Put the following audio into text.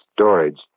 storage